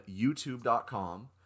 YouTube.com